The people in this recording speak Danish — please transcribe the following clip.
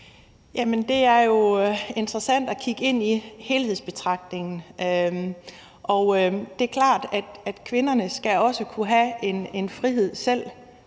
Det er jo interessant at kigge på helhedsbetragtningen. Det er klart, at kvinderne også selv skal kunne have en frihed.